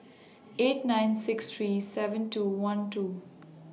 eight nine six three seven two one two